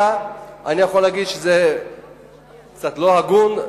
אני יכול להגיד שזה קצת לא הגון,